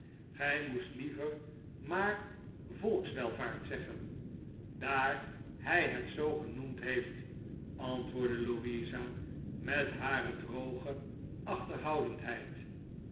gij moest liever maar volkswelvaart zeggen daar hij het zoo genoemd heeft antwoordde louisa met hare droge achterhoudendheid